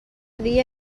dia